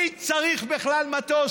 מי צריך בכלל מטוס?